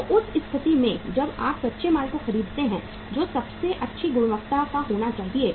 तो उस स्थिति में जब आप कच्चे माल को खरीदते हैं जो सबसे अच्छी गुणवत्ता का होना चाहिए